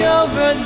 over